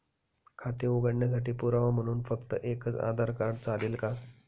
खाते उघडण्यासाठी पुरावा म्हणून फक्त एकच आधार कार्ड चालेल का?